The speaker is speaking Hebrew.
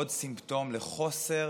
זה עוד סימפטום לחוסר